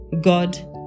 God